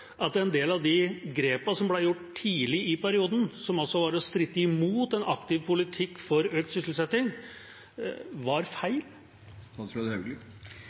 som ble gjort tidlig i perioden, som altså var å stritte imot en aktiv politikk for økt sysselsetting, var feil?